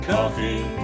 Coffee